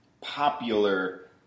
popular